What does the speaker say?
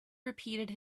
repeated